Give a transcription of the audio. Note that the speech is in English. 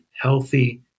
healthy